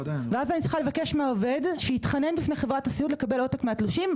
ואז אני צריכה לבקש מהעובד שיתחנן בפני חברת הסיעוד לקבל עותק מהתלושים.